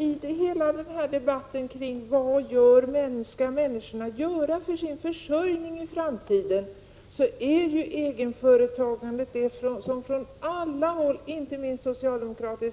I hela debatten kring frågan om vad människorna skall göra för sin försörjning i framtiden förs egenföretagandet fram från alla håll, inte minst från socialdemokraterna,